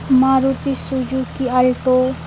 Maruti Suzuki alto